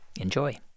Enjoy